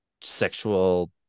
sexual